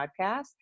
Podcast